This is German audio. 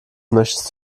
möchtest